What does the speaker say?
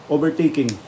Overtaking